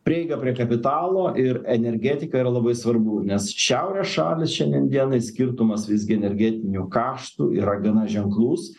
prieiga prie kapitalo ir energetika yra labai svarbu nes šiaurės šalys šiandien dienai skirtumas visgi energetinių kaštu yra gana ženklus